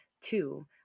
Two